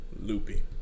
Loopy